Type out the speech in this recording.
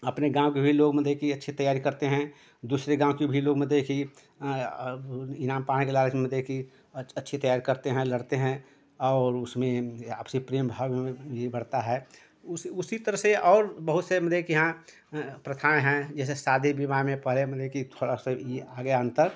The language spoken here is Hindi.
अपने गाँव के भी लोग मेले की अच्छे तैयारी करते हैं दूसरे गाँव के भी लोग मते कि इनाम पाने के लालच में मते की अच्छे तैयार करते हैं लड़ते हैं और उसमें आपसी प्रेम भाव बी बढ़ता है उस उसी तरह से और बहुत से मेले कि हाँ प्रथाएँ हैं जैसे शादी विवाह में पहले मले कि थोड़ा सा ई आ गया अंतर